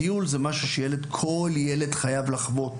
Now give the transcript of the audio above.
טיול זה משהו שילד, כל ילד חייב לחוות.